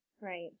Right